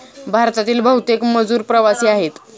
भारतातील बहुतेक मजूर प्रवासी आहेत